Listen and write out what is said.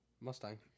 Mustang